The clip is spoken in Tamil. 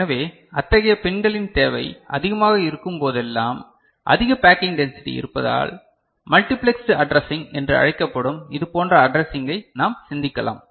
எனவே அத்தகைய பின்களின் தேவை அதிகமாக இருக்கும் போதெல்லாம் அதிக பேக்கிங் டென்சிடி இருப்பதால் மல்டிப்ளெக்ஸ்ட் அட்ரசிங் என்று அழைக்கப்படும் இதுபோன்ற அட்ரசிங்கை நாம் சிந்திக்கலாம்